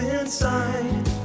inside